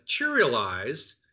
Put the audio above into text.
materialized